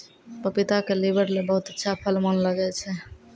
पपीता क लीवर ल बहुत अच्छा फल मानलो जाय छै